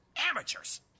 Amateurs